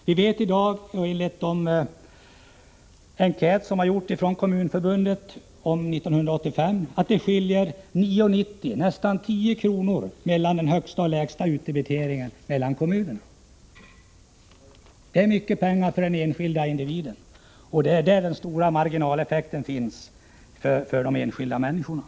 Enligt en enkät avseende 1985 som gjorts av Kommunförbundet är det en skillnad på upp till 9:90, nästan 10 kr., mellan den högsta och den lägsta utdebiteringen i kommunerna. Det är mycket pengar för den enskilda individen, och det är där de stora marginaleffekterna uppstår för de enskilda människorna.